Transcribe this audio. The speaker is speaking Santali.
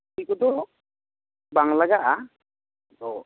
ᱠᱚᱫᱚ ᱵᱟᱝ ᱞᱟᱜᱟᱜᱼᱟ ᱟᱫᱚ